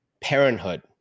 parenthood